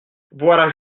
voilà